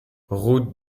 route